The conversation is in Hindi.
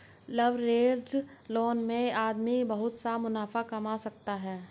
लवरेज्ड लोन में आदमी बहुत सा मुनाफा कमा सकता है